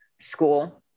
school